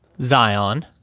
Zion